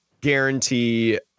guarantee